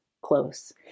close